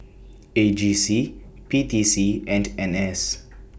A G C P T C and N S